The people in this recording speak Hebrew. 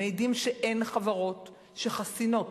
הם מעידים שאין חברות שחסינות